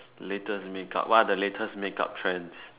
latest makeup what are the latest makeup trends